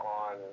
on